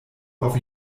auf